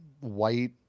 white